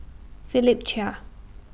Philip Chia